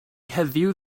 heddiw